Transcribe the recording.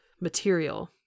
material